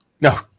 No